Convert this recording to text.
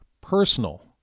personal